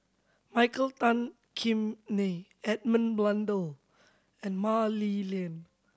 Michael Tan Kim Nei Edmund Blundell and Mah Li Lian